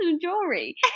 jewelry